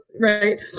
Right